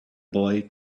boy